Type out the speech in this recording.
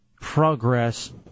progress